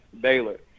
Baylor